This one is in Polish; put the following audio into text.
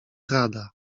rada